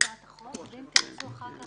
בשעה 14:00.